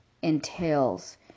entails